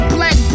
Black